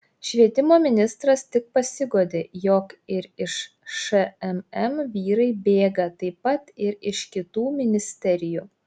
švietimo ministras tik pasiguodė jog ir iš šmm vyrai bėga taip pat ir iš kitų ministerijų